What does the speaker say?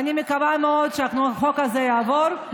אני מקווה מאוד שהחוק הזה יעבור,